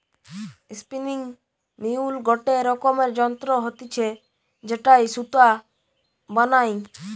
spinning mule গটে রকমের যন্ত্র হতিছে যেটায় সুতা বানায়